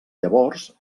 llavors